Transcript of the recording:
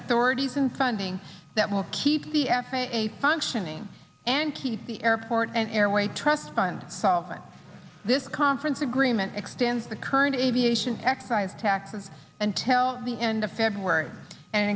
authorities in funding that will keep the f a a functioning and keep the airport and airway trust fund solvent this conference agreement extends the current aviation excise taxes and tell the end of february and